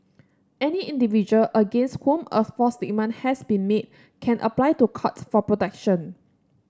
any individual against whom a false statement has been made can apply to Court for protection